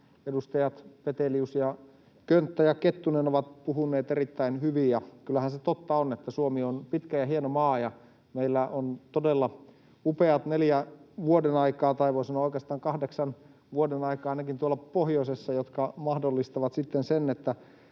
edustajat Petelius, Könttä ja Kettunen ovat puhuneet erittäin hyvin. Kyllähän se totta on, että Suomi on pitkä ja hieno maa, ja meillä on todella upeat neljä vuodenaikaa — tai voi sanoa oikeastaan kahdeksan vuodenaikaa ainakin tuolla pohjoisessa — jotka mahdollistavat sitten